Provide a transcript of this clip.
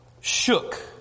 shook